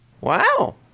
Wow